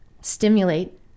stimulate